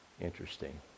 Interesting